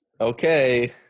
okay